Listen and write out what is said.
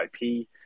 ip